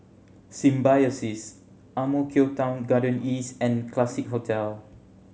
Symbiosis Ang Mo Kio Town Garden East and Classique Hotel